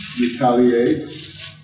retaliate